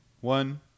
One